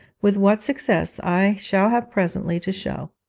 with what success i shall have presently to show.